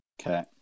Okay